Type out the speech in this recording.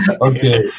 Okay